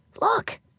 Look